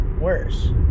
worse